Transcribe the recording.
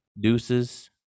Deuces